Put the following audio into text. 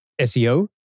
SEO